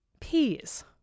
peas